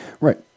Right